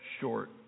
short